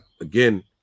Again